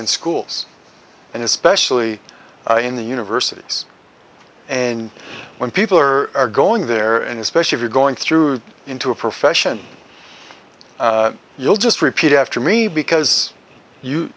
in schools and especially in the universities and when people are going there and especially if you're going through into a profession you'll just repeat after me because you